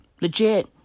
Legit